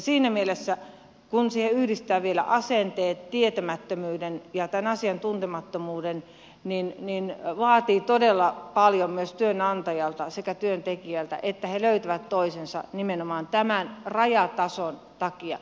siinä mielessä kun siihen yhdistää vielä asenteet tietämättömyyden ja tämän asian tuntemattomuuden vaatii todella paljon myös työnantajalta sekä työntekijältä että he löytävät toisensa nimenomaan tämän rajatason takia